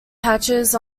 patches